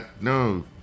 no